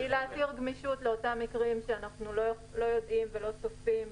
המטרה היא לאפשר גמישות לאותם מקרים שאנחנו לא יכולים לצפות.